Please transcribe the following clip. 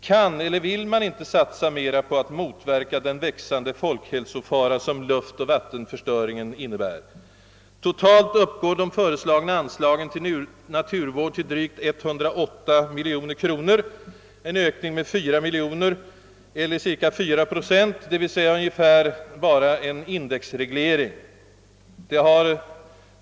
Kan eller vill man inte satsa mera på att motverka den växande folkhälsofara som luftoch vattenföroreningen innebär? Totalt uppgår de föreslagna anslagen till naturvård till drygt 108 miljoner kronor, en ökning med 4 miljoner eller cirka 4 procent, d. v. s. ungefärligen endast en indexreglering.